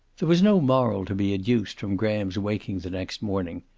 there was no moral to be adduced from graham's waking the next morning.